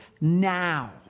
now